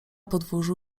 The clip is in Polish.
podwórzu